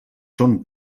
són